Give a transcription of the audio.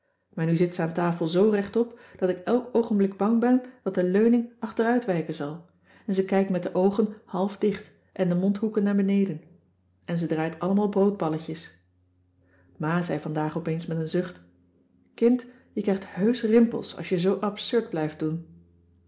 maar nu zit ze aan tafel zoo rechtop dat ik elk oogenblik bang ben dat de leuning achteruitwijken zal cissy van marxveldt de h b s tijd van joop ter heul en ze kijkt met de oogen half dicht en de mondhoeken naar beneden en ze draait allemaal broodballetjes ma zei vandaag opeens met een zucht kind je krijgt heusch rimpels als je zoo absurd blijft doen